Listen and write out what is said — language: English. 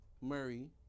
Murray